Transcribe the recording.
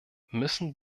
müssen